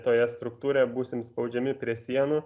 toje struktūroje būsim spaudžiami prie sienų